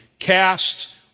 Cast